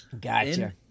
Gotcha